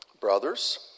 Brothers